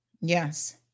Yes